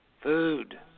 food